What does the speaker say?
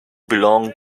belong